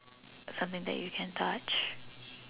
something that you can touch